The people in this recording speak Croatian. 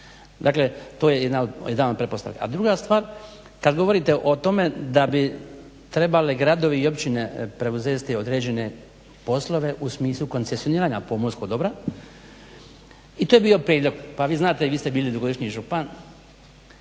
Dakle, to je jedna od pretpostavki. A druga stvar kad govorite o tome da bi trebali gradovi i općine preuzeti određene poslove u smislu koncesioniranja pomorskog dobra i to je bio prijedlog. Pa vi znate, i vi ste bili dugogodišnji župan